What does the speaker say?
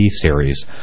series